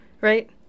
Right